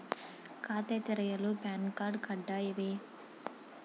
ಖಾತೆ ತೆರೆಯಲು PAN card ಕಡ್ಡಾಯವೇ?